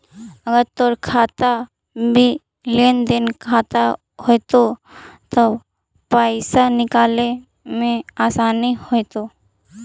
अगर तोर खाता भी लेन देन खाता होयतो त पाइसा निकाले में आसानी होयतो